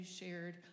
shared